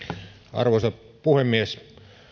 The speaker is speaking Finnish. arvoisa puhemies